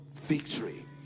Victory